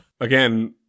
Again